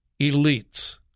elites